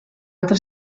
altra